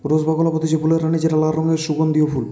rose বা গোলাপ হতিছে ফুলের রানী যেটা লাল রঙের সুগন্ধিও ফুল